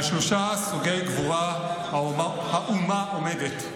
על שלושה סוגי גבורה האומה עומדת: